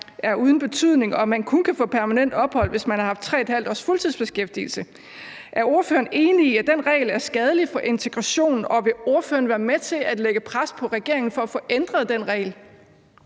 er uden betydning og man kun kan få permanent opholdstilladelse, hvis man har haft 3½ års fuldtidsbeskæftigelse. Er ordføreren enig i, at den regel er skadelig for integrationen, og vil ordføreren være med til at lægge pres på regeringen for at få ændret den regel?